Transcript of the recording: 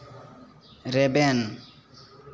ᱨᱮᱵᱮᱱ